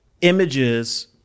images